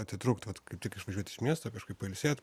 atitrūkt vat tik išvažiuot iš miesto kažkaip pailsėt